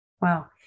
Wow